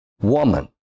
woman